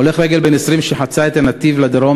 הולך רגל בן 20 שחצה את הנתיב לדרום